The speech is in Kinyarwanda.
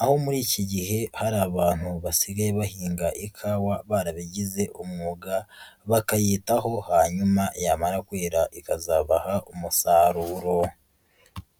aho muri iki gihe hari abantu basigaye bahinga ikawa barabigize umwuga bakayitaho hanyuma yamara kwera ikazabaha umusaruro.